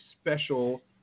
special –